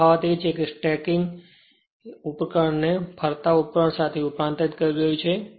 તફાવત એ છે કે સ્ટેટિક ઉપકરણને ફરતા ઉપકરણ સાથે રૂપાંતરિત કરી રહ્યું છે